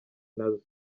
nazo